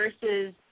versus